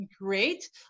great